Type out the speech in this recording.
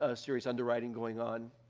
ah serious underwriting going on.